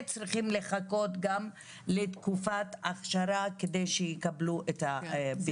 אם אני טועה וצריכים להמתין תקופת אכשרה כדי שיקבלו את הביטוח.